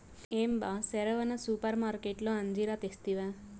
ఏం బా సెరవన సూపర్మార్కట్లో అంజీరా తెస్తివా